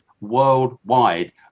worldwide